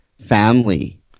Family